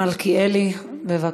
חבר הכנסת מיכאל מלכיאלי, בבקשה,